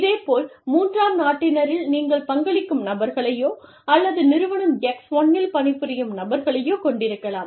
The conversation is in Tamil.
இதேபோல் மூன்றாம் நாட்டினரில் நீங்கள் பங்களிக்கும் நபர்களையோ அல்லது நிறுவனம் X1 இல் பணிபுரியும் நபர்களையோ கொண்டிருக்கலாம்